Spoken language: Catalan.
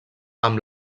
amb